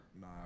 Nah